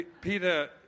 Peter